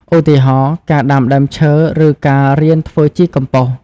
ឧទាហរណ៍ ការដាំដើមឈើឬការរៀនធ្វើជីកំប៉ុស។